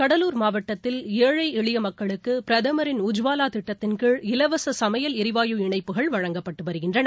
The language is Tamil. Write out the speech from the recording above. கடலூர் மாவட்டத்தில் ஏழை எளிய மக்களுக்கு பிரதமரின் உஜ்வாவா திட்டத்தின்கீழ் இலவச சமையல் எரிவாயு இணைப்புகள் வழங்கப்பட்டு வருகின்றன